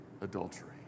adultery